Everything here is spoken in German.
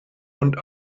und